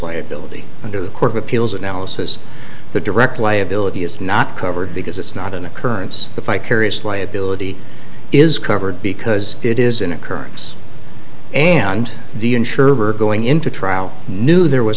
liability under the court of appeals analysis the direct liability is not covered because it's not an occurrence the fi carious liability is covered because it is an occurrence and the insurer going into trial knew there was